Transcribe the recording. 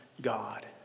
God